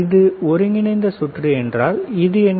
இது ஒருங்கிணைந்த சுற்று என்றால் இது என்ன